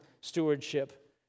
stewardship